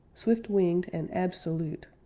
swift-winged and absolute,